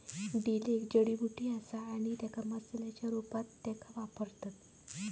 dill एक जडीबुटी असा आणि मसाल्याच्या रूपात त्येका वापरतत